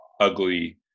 ugly